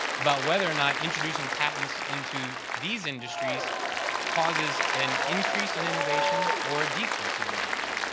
about whether or not introducing patents into these industries causes an increase in innovation or decrease and innovation.